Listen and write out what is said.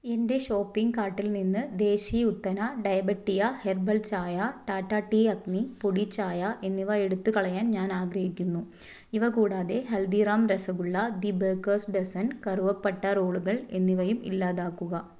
എന്റെ ഷോപ്പിംഗ് കാർട്ടിൽ നിന്ന് ദേശി ഉത്തന ഡയബെറ്റിയ ഹെർബൽ ചായ ടാറ്റാ ടീ അഗ്നി പൊടി ചായ എന്നിവ എടുത്ത് കളയാൻ ഞാൻ ആഗ്രഹിക്കുന്നു ഇവ കൂടാതെ Haldiram's rasgulla the bakers dozen കറുവപ്പട്ട റോളുകൾ എന്നിവയും ഇല്ലാതാക്കുക